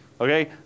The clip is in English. okay